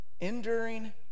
Enduring